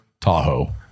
Tahoe